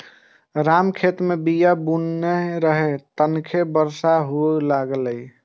राम खेत मे बीया बुनै रहै, तखने बरसा हुअय लागलै